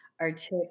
artic